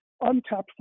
untapped